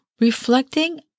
reflecting